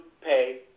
pay